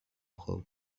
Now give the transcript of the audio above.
خورد